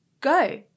go